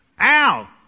ow